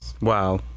Wow